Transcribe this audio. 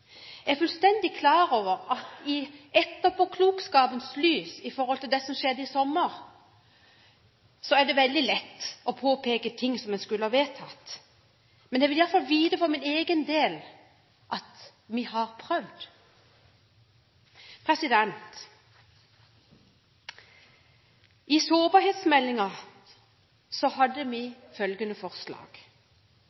Jeg er fullstendig klar over at i etterpåklokskapens lys etter det som skjedde i sommer, er det veldig lett å påpeke ting som en skulle ha vedtatt, men jeg vil i alle fall vite for min egen del at vi har prøvd. I forbindelse med sårbarhetsmeldingen hadde vi